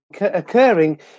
occurring